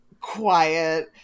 quiet